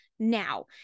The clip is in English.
Now